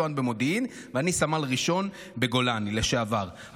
אתה מקצוען במודיעין ואני סמל ראשון בגולני לשעבר,